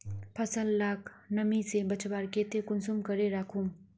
फसल लाक नमी से बचवार केते कुंसम करे राखुम?